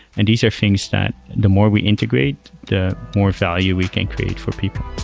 and these are things that the more we integrate, the more value we can create for people.